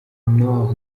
nord